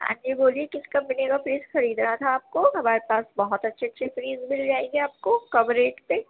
ہاں جی بولیے کس کمپنی کا فریج خریدنا تھا آپ کو ہمارے پاس بہت اچھی اچھی فریج مل جائے گی آپ کو کم ریٹ پہ